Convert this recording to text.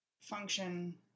function